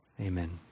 Amen